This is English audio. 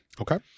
Okay